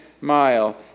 mile